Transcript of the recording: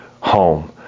home